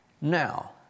Now